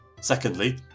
Secondly